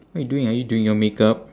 what you doing are you doing your makeup